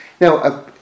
Now